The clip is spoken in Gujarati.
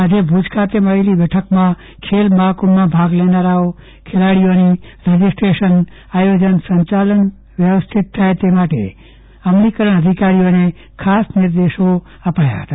આજે ભુજ ખાતે મળેલી બેઠકમાં મહાકુંભમાં ભાગ લેનારા ખેલાડીઓનું રજીસ્ટ્રેશન આયોજન સંચાલન વ્યવસ્થિત થાય તે માટે અધિકારીઓ પદાધિકારીઓને ખાસ નિર્દેશો અપાયા હતા